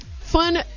fun